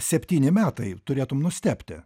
septyni metai turėtum nustebti